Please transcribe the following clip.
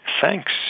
Thanks